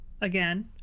Again